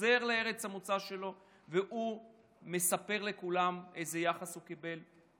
חוזר לארץ המוצא שלו ומספר לכולם איזה יחס הוא קיבל,